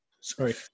Sorry